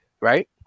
right